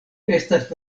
estas